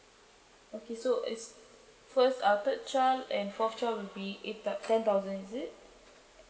okay so is first uh third child and fourth child will be eight ten thousand is it